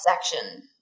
section